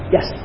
Yes